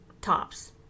tops